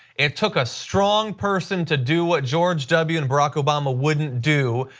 it took a strong person to do what george w. and barack obama wouldn't do,